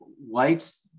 whites